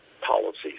policies